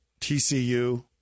TCU